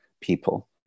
people